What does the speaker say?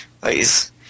Please